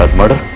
murder